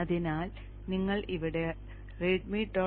അതിനാൽ നിങ്ങൾ ഇവിടെ readme